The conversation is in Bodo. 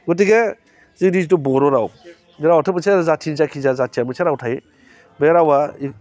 गथिखे जोंनि जिथु बर' राव रावाथ' मोनसे जाथिनि जायखिनि जाया जाथिया मोनसे राव थायो बे रावआ